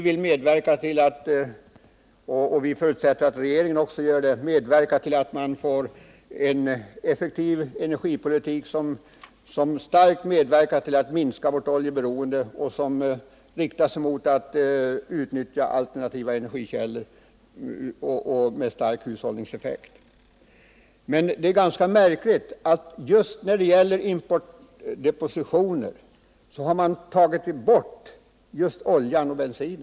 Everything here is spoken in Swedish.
Vi vill — och förutsätter att regeringen också kommer att göra det — medverka till att vi får en effektiv energipolitik, så att vi kan minska vårt oljeberoende och utnyttja alternativa energikällor med stark hushållningseffekt. Det är ganska märkligt att socialdemokraterna i förslaget om importdepositioner har undantagit just olja och bensin.